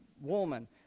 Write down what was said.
woman